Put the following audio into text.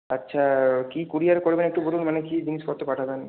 আচ্ছা কী কুরিয়ার করবেন একটু বলুন মানে কী জিনিসপত্র পাঠাবেন